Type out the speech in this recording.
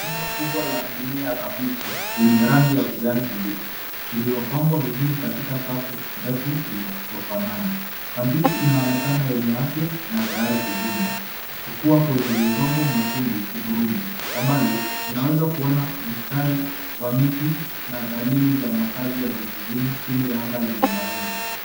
Shamba kubwa la mimea ya kabichi enye rangi ya kijani kibichi iliyopangwa vizuri katika safu ndefu zinazofanana. Kabichi inaonekana yenye afya na tayari kuvunwa, ikikuwa kwenye udongo mwekundu hudhurungi. Kwa mbali, unaweza kuona mstari wa miti na dalili za makaazi ya vijijini, chini ya anga lenye mawingu.